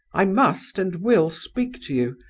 i must and will speak to you.